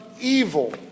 evil